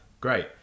Great